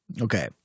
Okay